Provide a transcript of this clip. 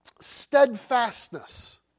steadfastness